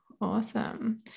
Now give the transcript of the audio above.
Awesome